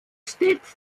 steht